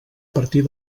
partir